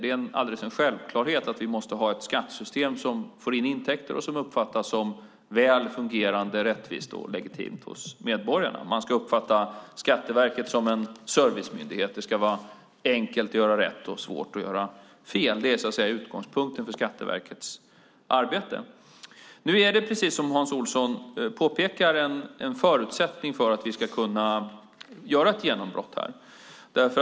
Det är en självklarhet att vi måste ha ett skattesystem som får in intäkter och som medborgarna uppfattar som väl fungerande, rättvist och legitimt. Man ska uppfatta Skatteverket som en servicemyndighet. Det ska vara enkelt att göra rätt och svårt att göra fel. Det är utgångspunkten för Skatteverkets arbete. Nu finns det, precis som Hans Olsson påpekar, förutsättningar för att vi ska kunna göra ett genombrott på det här området.